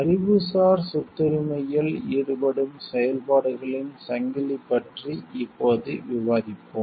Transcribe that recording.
அறிவுசார் சொத்துரிமையில் ஈடுபடும் செயல்பாடுகளின் சங்கிலி பற்றி இப்போது விவாதிப்போம்